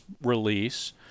release